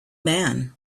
man